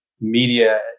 media